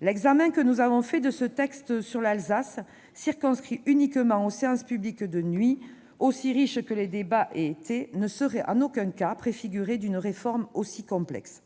L'examen que nous avons fait de ce texte sur l'Alsace, circonscrit uniquement à des séances publiques de nuit, aussi riches que les débats aient été, ne saurait en aucun cas préfigurer une réforme si complexe.